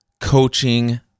coaching